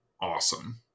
awesome